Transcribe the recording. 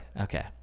okay